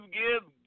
give